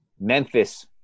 Memphis